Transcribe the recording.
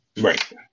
Right